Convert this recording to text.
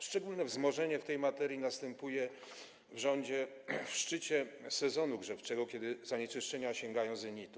Szczególne wzmożenie w tej materii następuje w rządzie w szczycie sezonu grzewczego, kiedy zanieczyszczenia sięgają zenitu.